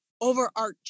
Overarching